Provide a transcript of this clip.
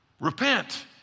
Repent